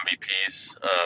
MVPs